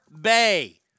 Bay